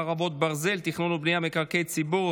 חרבות ברזל) (תכנון ובנייה ומקרקעי ציבור),